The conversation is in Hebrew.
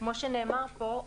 כמו שנאמר פה,